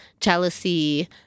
jealousy